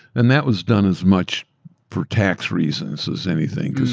and that was done as much for tax reasons as anything,